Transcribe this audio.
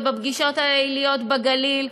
זה בפגישות הליליות בגליל.